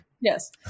Yes